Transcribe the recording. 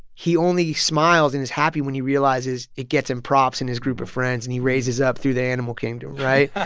he only smiles and is happy when he realizes it gets him props in his group of friends and he raises up through the animal kingdom, right?